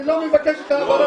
אני לא מבקש את ההעברה.